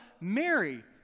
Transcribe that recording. Mary